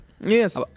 Yes